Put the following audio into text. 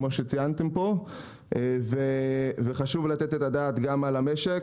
כמו שציינתם כאן וחשוב לתת את הדעת גם על המשק.